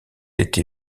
été